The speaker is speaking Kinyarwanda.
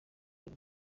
uyu